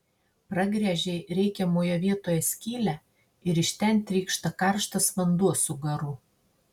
pragręžei reikiamoje vietoje skylę ir iš ten trykšta karštas vanduo su garu